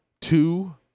two